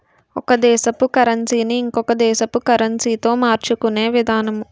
ఒక దేశపు కరన్సీ ని ఇంకొక దేశపు కరెన్సీతో మార్చుకునే విధానము